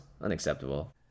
Unacceptable